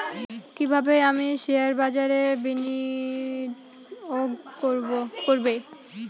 কিভাবে আমি শেয়ারবাজারে বিনিয়োগ করবে?